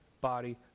body